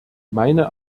meine